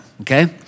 Okay